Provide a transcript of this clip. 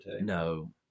no